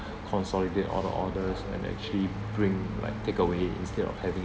consolidate all the orders and actually bring like takeaway instead of having